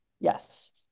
Yes